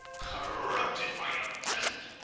corrupted by a present.